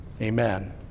Amen